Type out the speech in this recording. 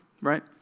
right